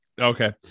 Okay